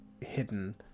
hidden